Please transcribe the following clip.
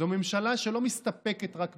זו ממשלה שלא מסתפקת רק בזה.